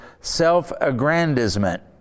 self-aggrandizement